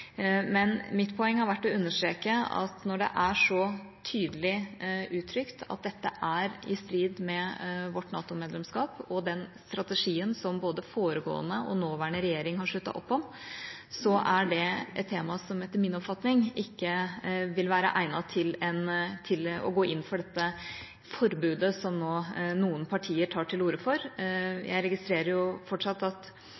Men mitt poeng har vært å understreke at når det er så tydelig uttrykt at dette er i strid med vårt NATO-medlemskap og den strategien som både foregående og nåværende regjering har sluttet opp om, er dette et tema som etter min oppfatning ikke egner seg – å gå inn for dette forbudet som nå noen partier tar til orde for. Jeg registrerer fortsatt at